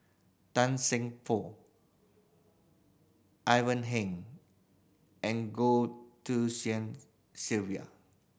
Tan Seng Poh Ivan Heng and Goh Sylvia